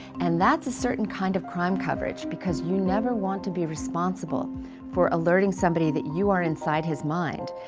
and that's a certain kind of crime coverage because you never want to be responsible for alerting somebody that you are inside his mind.